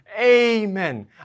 amen